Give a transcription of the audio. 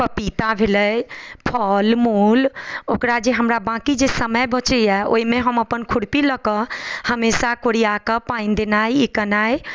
पपीता भेलै फल मूल ओकरा जे हमरा बाँकि जे समय बचैए ओहिमे हम अपन खुरपी लअ कऽ हमेशा कोरियाकऽ पानि देनाइ ई केनाइ